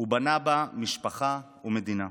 ובנה בה משפחה ומדינה.